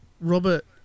Robert